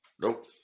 Nope